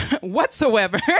whatsoever